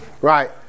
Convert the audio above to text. Right